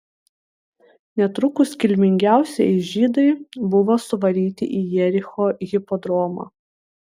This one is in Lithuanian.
netrukus kilmingiausieji žydai buvo suvaryti į jericho hipodromą